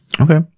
okay